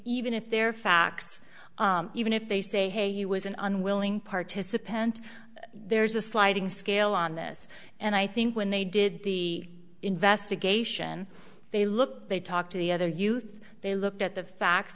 even if they're facts even if they say hey he was an unwilling participant there's a sliding scale on this and i think when they did the investigation they looked they talked to the other youth they looked at the fact